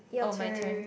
oh my turn